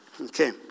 Okay